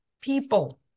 people